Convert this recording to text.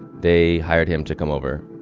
they hired him to come over,